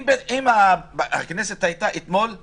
אם הכנסת אתמול הייתה